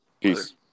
Peace